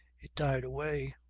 it died away.